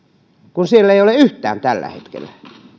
kun siellä ei ole yhtään tällä hetkellä